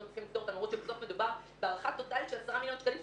למרות שבסוף מדובר בהערכה טוטלית של 10 מיליון שקלים.